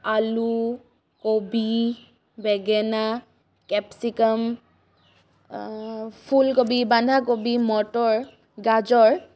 আলু কবি বেঙেনা কেপচিকাম ফুলকবি বান্ধাকবি মটৰ গাজৰ